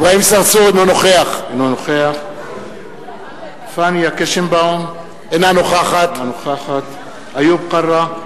אינו נוכח פניה קירשנבאום, אינה נוכחת איוב קרא,